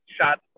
shot